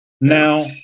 Now